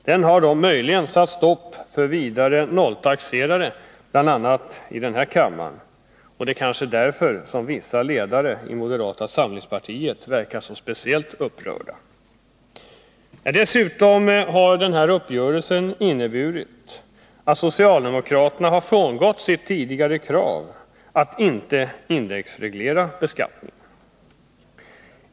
Det har möjligen satts stopp för nolltaxerare, bl.a. i den här kammaren. Det är kanske därför som vissa ledamöter i moderata samlingspartiet visar sig speciellt upprörda. Dessutom har uppgörelsen inneburit att socialdemokraterna frångått sitt tidigare krav att inte indexreglera beskattningen.